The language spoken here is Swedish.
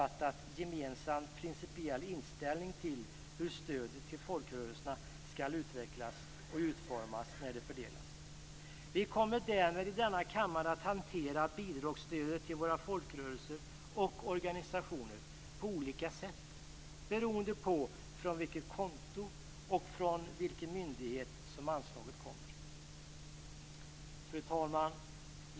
Fru talman!